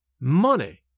Money